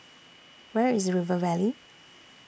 Where IS River Valley